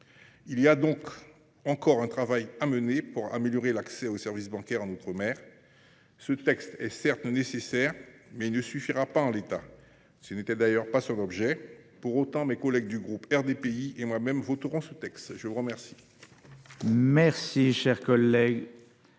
Il y a donc encore un travail à mener pour améliorer l’accès aux services bancaires en outre mer. Ce texte est certes nécessaire, mais il ne suffira pas en l’état. Ce n’était d’ailleurs pas son objet. Pour autant, mes collègues du groupe RDPI et moi même voterons en sa faveur.